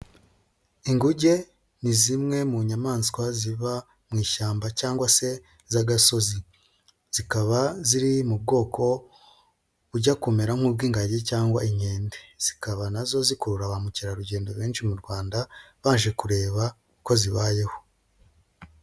Inguge ni zimwe mu nyamaswa ziba mu ishyamba cyangwa se z'agasozi, zikaba ziri mu bwoko bujya kumera nk'ubw'ingagi cyangwa inkende, zikaba nazo zikurura ba mukerarugendo benshi mu Rwanda, baje kureba uko zibayeho.